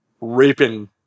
raping